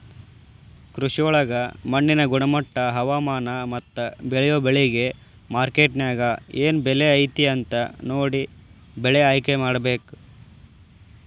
ಕೃಷಿಯೊಳಗ ಮಣ್ಣಿನ ಗುಣಮಟ್ಟ, ಹವಾಮಾನ, ಮತ್ತ ಬೇಳಿಯೊ ಬೆಳಿಗೆ ಮಾರ್ಕೆಟ್ನ್ಯಾಗ ಏನ್ ಬೆಲೆ ಐತಿ ಅಂತ ನೋಡಿ ಬೆಳೆ ಆಯ್ಕೆಮಾಡಬೇಕು